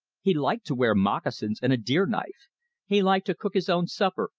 he liked to wear moccasins, and a deer knife he liked to cook his own supper,